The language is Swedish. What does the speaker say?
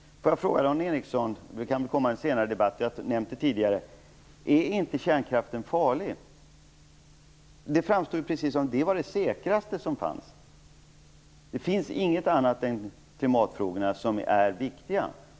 Vi kan återkomma till detta i en senare debatt - vi har nämnt detta tidigare. Låt mig fråga Dan Ericsson: Är inte kärnkraften farlig? Det framstår som om den vore det säkraste som finns och som om inget annat än klimatfrågorna är viktiga.